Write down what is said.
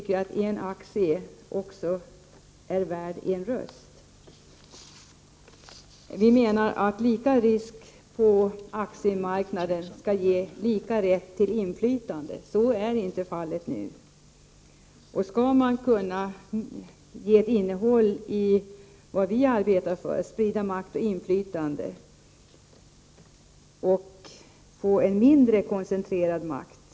En aktie är också värd en röst. Vi menar att lika risk på aktiemarknaden skall ge lika rätt till inflytande, men så är inte fallet i dag. Om makten och inflytandet skall kunna spridas, vilket vi arbetar för, måste man gå den här vägen.